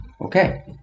okay